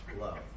love